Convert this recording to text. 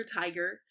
tiger